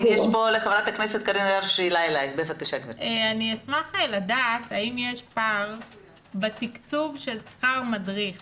אני אשמח לדעת האם יש פער בתקצוב של שכר מדריך